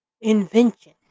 invention